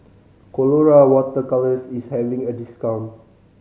Colora Water Colours is having a discount